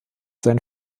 sein